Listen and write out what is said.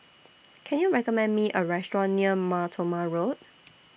Can YOU recommend Me A Restaurant near Mar Thoma Road